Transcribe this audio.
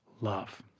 love